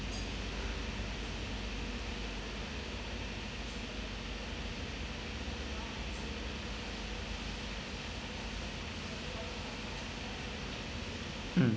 mm